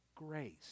Grace